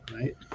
right